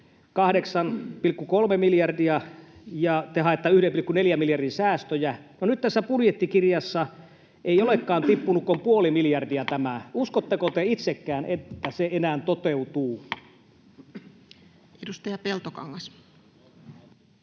28,3 miljardia, ja te haette 1,4 miljardin säästöjä. No, nyt tässä budjettikirjassa se ei olekaan tippunut kuin puoli miljardia. Uskotteko te itsekään, että se enää toteutuu? Edustaja Peltokangas.